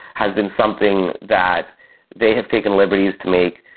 has been something that they have taken liberties to make,